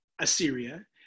Assyria